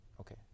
Okay